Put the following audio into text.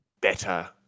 better